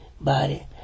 body